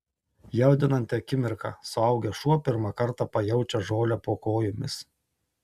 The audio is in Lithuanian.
jaudinanti akimirka suaugęs šuo pirmą kartą pajaučia žolę po kojomis